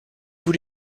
vous